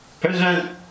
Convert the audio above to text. President